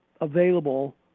available